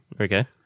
Okay